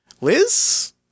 Liz